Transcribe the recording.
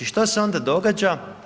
I što se onda događa?